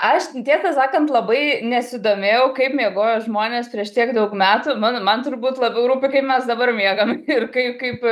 aš tiesą sakant labai nesidomėjau kaip miegojo žmonės prieš tiek daug metų mano man turbūt labiau rūpi kaip mes dabar miegam ir kaip kaip